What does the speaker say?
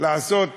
לעשות